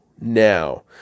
now